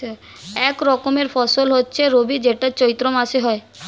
এক রকমের ফসল হচ্ছে রবি যেটা চৈত্র মাসে হয়